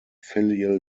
filial